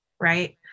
Right